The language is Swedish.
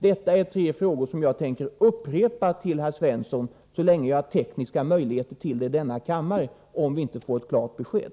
Detta är tre frågor som jag tänker upprepa till herr Svensson så länge jag har tekniska möjligheter till det i denna kammare, om vi inte får ett klart besked.